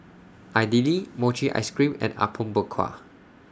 Idly Mochi Ice Cream and Apom Berkuah